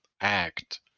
act